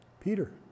Peter